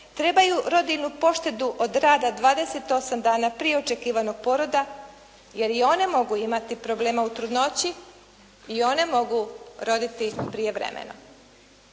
trebaju rodiljnu poštedu od rada 28 dana prije očekivanog poroda, jer i one mogu imati problema u trudnoći i one mogu roditi prije vremena.